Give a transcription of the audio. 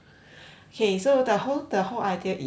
okay so the whole the whole idea is